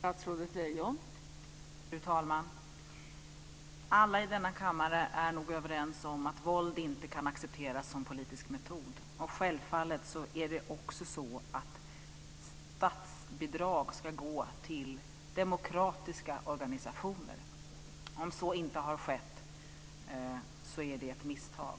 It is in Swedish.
Fru talman! Alla i denna kammare är nog överens om att våld inte kan accepteras som politisk metod. Självfallet är det också så att statsbidrag ska gå till demokratiska organisationer. Om så inte har skett är det ett misstag.